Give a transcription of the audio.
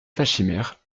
pachymère